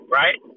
right